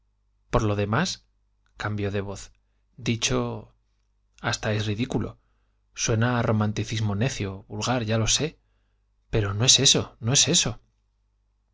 por lo demás cambio de voz dicho hasta es ridículo suena a romanticismo necio vulgar ya lo sé pero no es eso no es eso